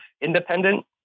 independent